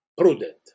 prudent